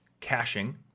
caching